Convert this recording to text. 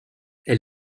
elle